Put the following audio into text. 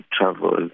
travel